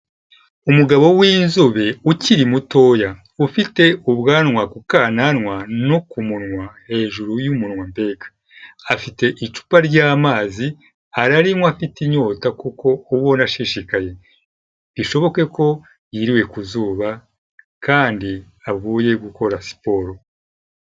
Umugabo w'inzobe ukiri mutoya ufite ubwanwa ku kananwa no ku munwa hejuru y'umunwa mbega, afite icupa ry'amazi ararinywa afite inyota kuko ubona ashishikaye, bishoboke ko yiriwe ku zuba kandi avuye gukora siporo.